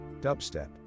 dubstep